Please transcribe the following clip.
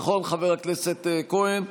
נכון, חבר הכנסת כהן?